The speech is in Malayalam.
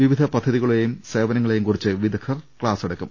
വിവിധ പദ്ധതികളേയും സേവനങ്ങ ളേയും കുറിച്ച് വിദഗ്ധർ ക്ലാസെടുക്കും